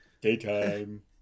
Daytime